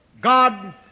God